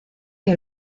que